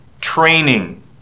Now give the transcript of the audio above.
training